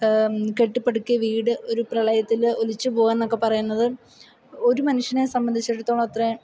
കെട്ടിപ്പടുക്കിയ വീട് ഒരു പ്രളയത്തില് ഒലിച്ച് പോകുക എന്നൊക്കെ പറയുന്നത് ഒരു മനുഷ്യനെ സംബന്ധിച്ചിടത്തോളം അത്രയും